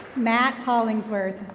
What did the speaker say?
matt holingsworth.